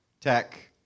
Tech